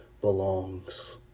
belongs